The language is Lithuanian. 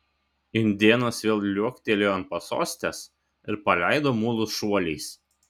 indėnas vėl liuoktelėjo ant pasostės ir paleido mulus šuoliais